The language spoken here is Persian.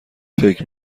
فکر